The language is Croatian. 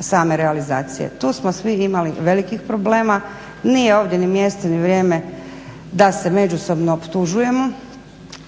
same realizacije. Tu smo svi imali velikih problema, nije ovdje ni mjesto ni vrijeme da se međusobno optužujemo,